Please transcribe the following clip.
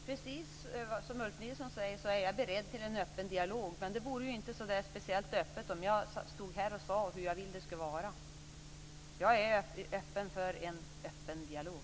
Fru talman! Precis som Ulf Nilsson önskade så är jag beredd att ha en öppen dialog. Men det vore inte speciellt öppet om jag stod här och talade om hur jag vill att det ska vara. Jag är öppen för en öppen dialog.